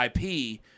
IP